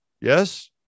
Yes